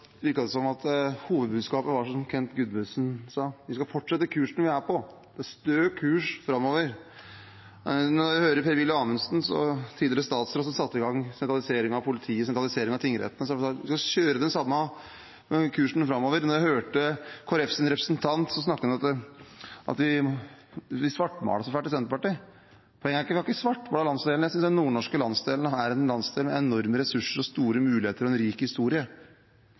virket det som hovedbudskapet var det som Kent Gudmundsen sa: Vi skal fortsette kursen vi er på, stø kurs framover. Jeg hører at Per-Willy Amundsen – tidligere statsråd, som satte i gang sentraliseringen av politiet og sentraliseringen av tingrettene – sier at vi skal ha den samme kursen framover. Jeg hørte Kristelig Folkepartis representant, som snakket om at vi svartmaler så fælt i Senterpartiet. Poenget er ikke at vi svartmaler landsdelen. Jeg synes den nordnorske landsdelen er en landsdel med enorme ressurser, store muligheter og en rik historie.